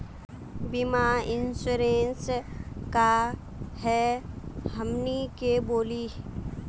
बीमा इंश्योरेंस का है हमनी के बोली?